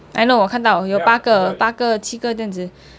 I know 我看到有八个八个七个酱子